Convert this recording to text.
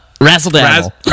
Razzle-dazzle